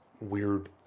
weird